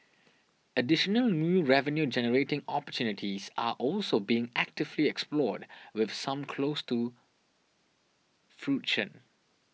additional new revenue generating opportunities are also being actively explored with some close to fruition